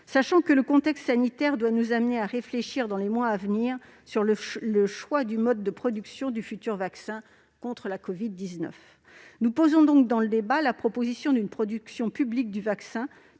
Sachant que le contexte sanitaire doit nous amener à réfléchir dans les mois à venir sur le choix du mode de production du futur vaccin contre la covid-19, nous proposerons, dans le cadre de ce débat, une production publique du vaccin